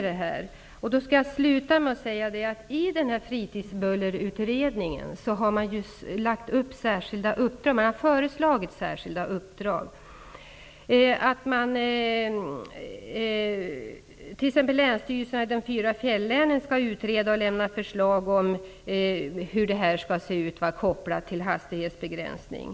Jag vill sluta med att säga att fritidsbullerutredningen har lagt fram förslag om särskilda uppdrag. Länsstyrelserna i de fyra fjällänen har t.ex. fått i uppdrag att utreda och lämna förslag om hur man kan lösa denna fråga och koppla den till frågan om hastighetsbegränsningar.